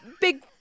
big